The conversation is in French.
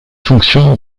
fonction